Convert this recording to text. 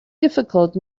difficult